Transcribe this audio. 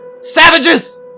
Savages